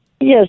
Yes